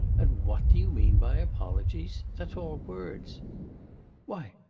and what do you mean by apologies? that's all words why,